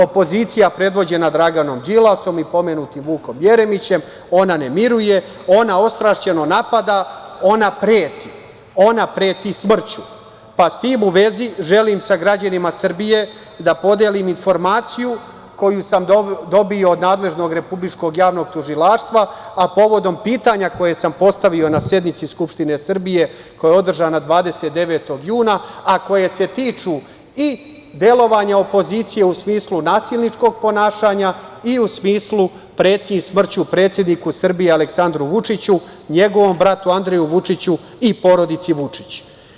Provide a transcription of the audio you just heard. Opozicija predvođena Draganom Đilasom i pomenutim Vukom Jeremićem ne miruje, ona ostrašćeno napada, ona preti, ona preti smrću, pa sa tim u vezi želim sa građanima Srbije da podelim informaciju koju sam dobio od nadležnog Republičkog javnog tužilaštva, a povodom pitanja koja sam postavio na sednici Skupštine Srbije koja je održana 29. juna, a koje se tiču i delovanja opozicije u smislu nasilničkog ponašanja i u smislu pretnji smrću predsedniku Srbije Aleksandru Vučiću, njegovom bratu Andreju Vučiću i porodici Vučić.